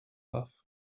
love